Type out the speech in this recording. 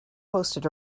hosted